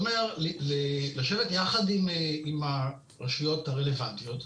זה אומר לשבת יחד עם הרשויות הרלוונטיות,